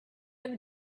have